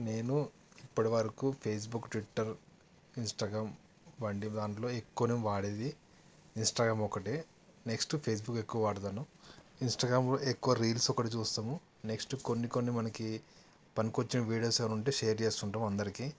నేను ఇప్పటివరకు Facebook Twitter Instagram వంటి దాంట్లో ఎక్కువ నేను వాడేది ఇన్స్టాగ్రామ్ ఒకటే నెక్స్ట్ ఫేస్బుక్ ఎక్కువ వాడుతాను ఇన్స్టాగ్రామ్లో ఎక్కువ రీల్స్ ఒకటి చూస్తాము నెక్స్ట్ కొన్ని కొన్ని మనకి పనికొచ్చిన వీడియోస్ ఏమైనా ఉంటే షేర్ చేస్తుంటాము అందరికీ